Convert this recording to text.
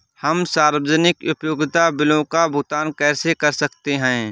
हम सार्वजनिक उपयोगिता बिलों का भुगतान कैसे कर सकते हैं?